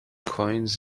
coins